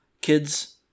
kids